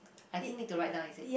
I think need to write down is it